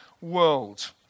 world